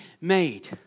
made